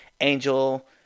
Angel